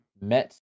met